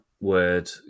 word